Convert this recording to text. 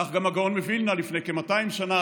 כך גם הגאון מווילנה לפני כ-200 שנה,